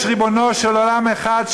יש ריבונו של עולם אחד,